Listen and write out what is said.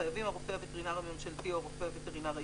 חייבים הרופא הווטרינר הממשלתי או הרופא הווטרינר העירוני,